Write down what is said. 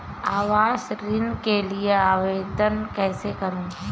आवास ऋण के लिए आवेदन कैसे करुँ?